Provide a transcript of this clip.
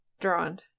drawn